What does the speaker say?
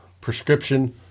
prescription